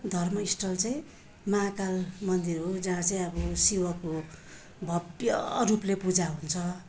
धर्म स्थल चाहिँ महाकाल मन्दिर हो जहाँ चाहिँ अब शिवको भव्य रूपले पूजा हुन्छ